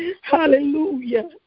Hallelujah